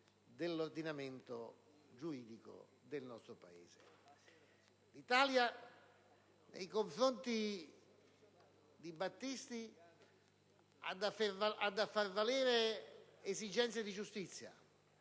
L'Italia nei confronti di Battisti ha da far valere esigenze di giustizia